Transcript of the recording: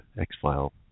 X-File